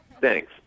Thanks